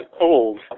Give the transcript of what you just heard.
old